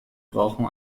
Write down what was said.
brauchen